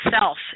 self